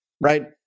right